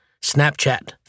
Snapchat